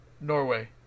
Norway